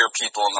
people